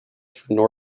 through